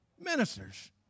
Ministers